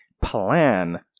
plan